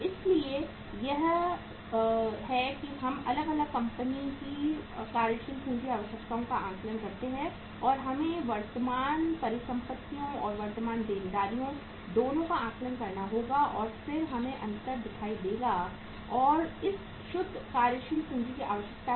इसलिए यह है कि हम अलग अलग कंपनी की कार्यशील पूंजी आवश्यकताओं का आकलन करते हैं और हमें वर्तमान परिसंपत्तियों और वर्तमान देनदारियों दोनों का आकलन करना होगा और फिर हमें अंतर दिखाई देगा और यह शुद्ध कार्यशील पूंजी की आवश्यकता है